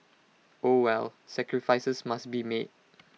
oh well sacrifices must be made